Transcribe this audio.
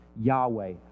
Yahweh